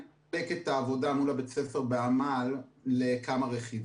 אני אחלק את העבודה מול בית הספר בעמל לכמה רכיבים.